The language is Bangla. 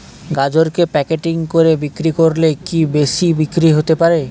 গাজরকে প্যাকেটিং করে বিক্রি করলে কি বেশি বিক্রি হতে পারে?